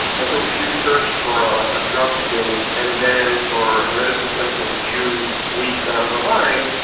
and so if you search for ah a drug today and then for a medical symptom a few weeks down the line,